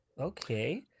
okay